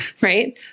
right